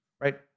right